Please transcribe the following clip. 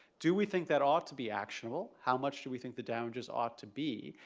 do we think that ought to be actionable? how much do we think the damages ought to be?